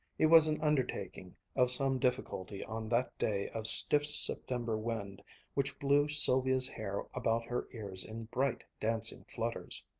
it was an undertaking of some difficulty on that day of stiff september wind which blew sylvia's hair about her ears in bright, dancing flutters.